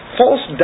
false